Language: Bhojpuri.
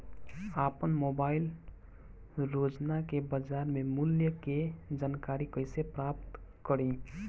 आपन मोबाइल रोजना के बाजार मुल्य के जानकारी कइसे प्राप्त करी?